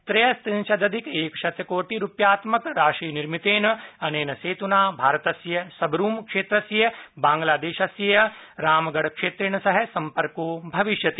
त्रयस्निंशदधिक एकशतकोटि रूप्यात्मक राशि निर्मितेन अनेन सेतुना भारतस्य सबरूम क्षेत्रस्य बांग्लादेशस्य रामगढ़ क्षेत्रेण सह सम्पर्को भविष्यति